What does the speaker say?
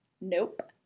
Nope